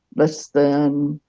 less than